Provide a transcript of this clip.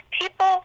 people